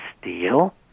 steal